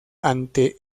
ante